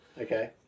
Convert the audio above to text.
Okay